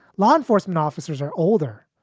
law enforcement officers are older.